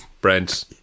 Brent